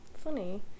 funny